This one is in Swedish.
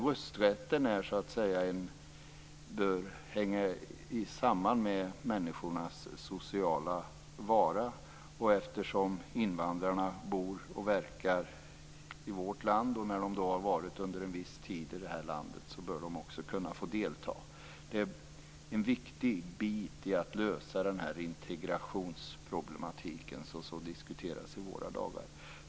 Rösträtten bör hänga samman med människors sociala vara, och eftersom invandrarna bor och verkar i vårt land bör de efter att ha varit en viss tid i landet också kunna få delta i val. Det är en viktig bit för att lösa den integrationsproblematik som diskuteras i våra dagar.